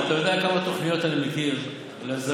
אתה יודע כמה תוכניות אני מכיר להסדרת